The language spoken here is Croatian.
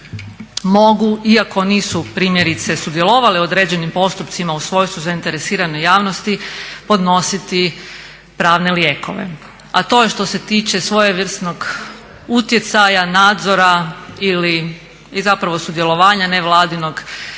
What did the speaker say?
mogu iako nisu primjerice sudjelovale u određenim postupcima u svojstvu zainteresirane javnosti podnositi pravne lijekove. A to je što se tiče svojevrsnog utjecaja, nadzora i zapravo sudjelovanja nevladinog